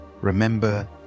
Remember